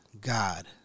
God